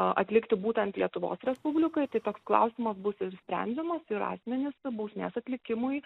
atlikti būtent lietuvos respublikoj toks klausimas bus sprendžiamas ir asmenys bausmės atlikimui